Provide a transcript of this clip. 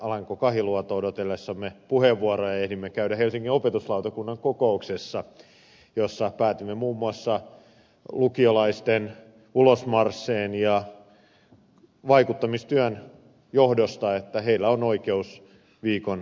alanko kahiluoto odotellessamme puheenvuoroa ehdimme käydä helsingin opetuslautakunnan kokouksessa jossa päätimme muun muassa lukiolaisten ulosmarssien ja vaikuttamistyön johdosta että heillä on oikeus viikon syyslomaan